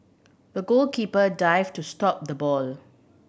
the goalkeeper dived to stop the ball